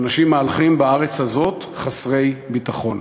ואנשים מהלכים בארץ הזאת חסרי ביטחון.